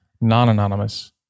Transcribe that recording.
non-anonymous